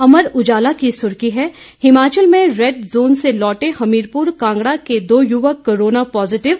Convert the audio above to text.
अमर उजाला की सुर्खी है हिमाचल में रैड जोन से लौटे हमीरपुर कांगड़ा के दो युवक कोरोना पॉजिटिव